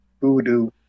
voodoo